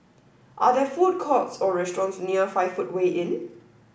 are there food courts or restaurants near five footway Inn